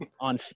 on